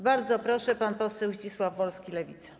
Bardzo proszę, pan poseł Zdzisław Wolski, Lewica.